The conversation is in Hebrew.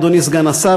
אדוני סגן השר,